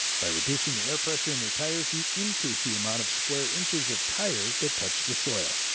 by reducing the air pressure in your tires, you increase the amount of square inches of tire that touch the soil,